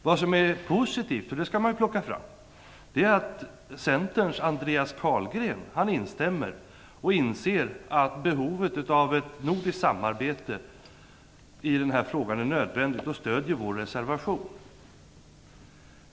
Det som är positivt - det skall man ju plocka fram - är att Centerns Andreas Carlgren instämmer i detta. Han inser behovet av ett nordiskt samarbete i den här frågan och stöder vår reservation.